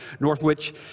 Northwich